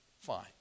fine